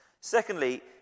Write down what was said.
Secondly